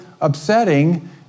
upsetting